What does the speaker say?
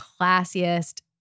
classiest